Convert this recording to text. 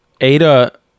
Ada